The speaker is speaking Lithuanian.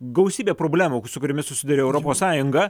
gausybę problemų su kuriomis susiduria europos sąjunga